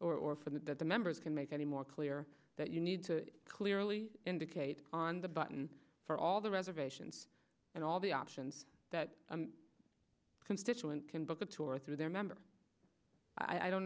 or or for that the members can make any more clear that you need to clearly indicate on the button for all the reservations and all the options that constituent can book a tour through their member i don't